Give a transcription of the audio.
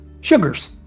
Sugars